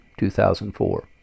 2004